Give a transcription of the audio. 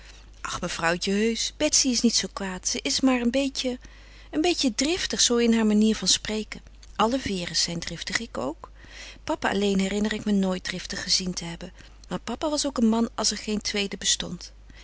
ach mevrouwtje heusch betsy is niet zoo kwaad ze is maar een beetje een beetje driftig zoo in haar manier van spreken alle vere's zijn driftig ik ook papa alleen herinner ik me nooit driftig gezien te hebben maar papa was ook een man als er geen tweede bestond